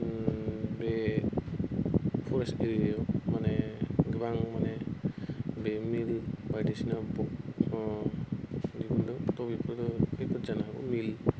बे फरेस्ट एरियाआव माने गोबां माने बे मिल बायदिसिना नेम दं त' बेफोरो खैफोद जानो हागौ